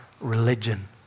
religion